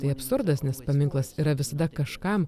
tai absurdas nes paminklas yra visada kažkam